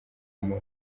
muntu